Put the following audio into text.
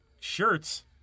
Shirts